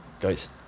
guys